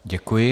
Děkuji.